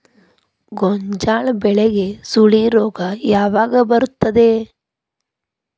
ಗೋಂಜಾಳ ಬೆಳೆಗೆ ಸುಳಿ ರೋಗ ಯಾವಾಗ ಬರುತ್ತದೆ?